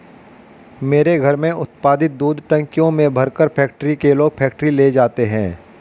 मेरे घर में उत्पादित दूध टंकियों में भरकर फैक्ट्री के लोग फैक्ट्री ले जाते हैं